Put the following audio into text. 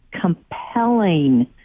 compelling